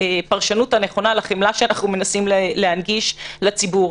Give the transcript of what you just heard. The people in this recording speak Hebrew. הפרשנות הנכונה לחמלה שאנחנו מנסים להנגיש לציבור.